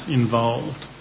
involved